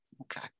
Okay